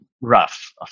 rough